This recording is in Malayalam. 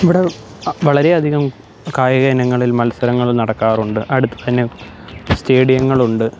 ഇവിടെ വളരെ അധികം കായിക ഇനങ്ങളില് മത്സരങ്ങൾ നടക്കാറുണ്ട് അടുത്തു തന്നെ സ്റ്റേഡിയങ്ങളുണ്ട്